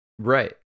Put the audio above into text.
Right